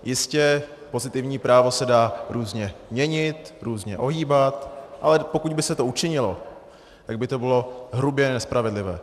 Jistě, pozitivní právo se dá různě měnit, různě ohýbat, ale pokud by se to učinilo, tak by to bylo hrubě nespravedlivé.